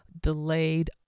delayed